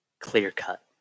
clear-cut